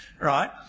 right